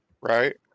Right